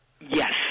Yes